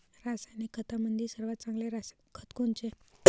रासायनिक खतामंदी सर्वात चांगले रासायनिक खत कोनचे?